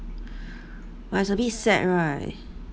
but it's a bit sad right